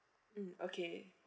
mm okay